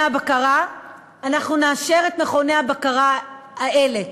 הבקרה אנחנו נאשר את מכוני הבקרה האלה,